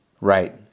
Right